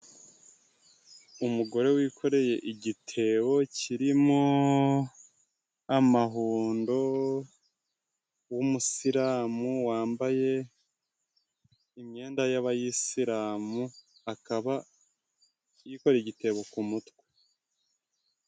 Umugore wikoreye igitebo kirimo amahundo, w'umusiralamu, wambaye imyenda y'abayisilamu, akaba yikoreye igitebo ku mutwe.